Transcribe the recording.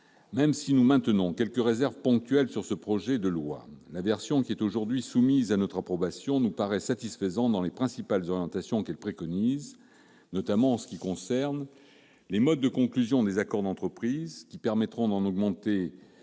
Même si nous maintenons quelques réserves ponctuelles sur ce projet de loi, la version aujourd'hui soumise à notre approbation nous paraît satisfaisante dans les principales orientations qu'elle préconise. Nous sommes, en premier lieu, favorables aux modes de conclusions des accords d'entreprise, qui permettront d'en augmenter